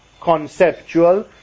conceptual